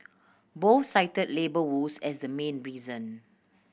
both cited labour woes as the main reason